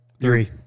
three